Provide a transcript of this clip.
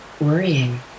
worrying